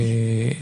מה?